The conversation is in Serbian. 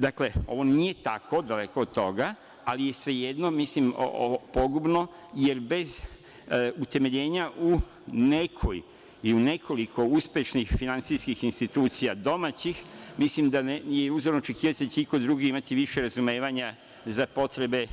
Dakle, ovo nije tako, daleko od toga, ali je svejedno ovo pogubno, jer bez utemeljenja u nekoj i u nekoliko uspešnih finansijskih institucija domaćih mislim da je uzaludno očekivati da će iko drugi imati više razumevanja za potrebe